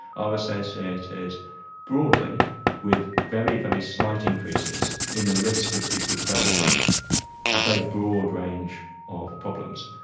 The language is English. are associated broadly with very, very slight increases in the risk of people developing a very broad range of problems.